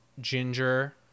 ginger